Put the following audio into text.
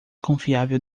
confiável